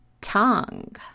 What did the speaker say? tongue